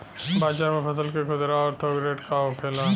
बाजार में फसल के खुदरा और थोक रेट का होखेला?